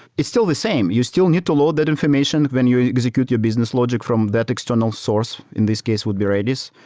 it's still the same. you still need to load that information when you execute your business logic from that external source. in this case, would be redis,